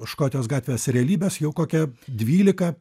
škotijos gatvės ir realybės jau kokia dvylika